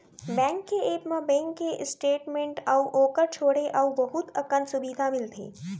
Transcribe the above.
bank के app म bank के स्टेट मेंट अउ ओकर छोंड़े अउ बहुत अकन सुबिधा मिलथे